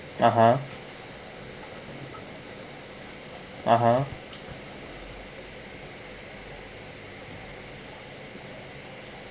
a'ah a'ah